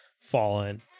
fallen